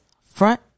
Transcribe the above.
front